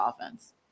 offense